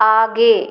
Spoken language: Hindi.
आगे